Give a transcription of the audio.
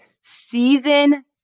Season